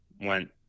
went